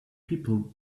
people